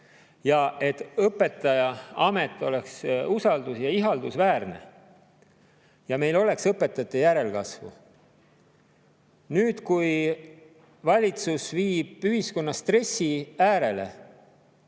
ja et õpetajaamet oleks usaldus- ja ihaldusväärne, et meil oleks õpetajate järelkasvu. Valitsus on viinud ühiskonna stressi äärele